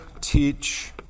teach